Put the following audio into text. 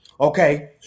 okay